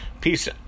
peace